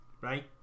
right